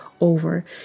over